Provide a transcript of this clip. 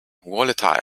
volatile